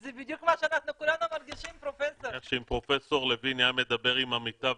אנחנו לא מטיסים לא אזרחות של אנשים ולא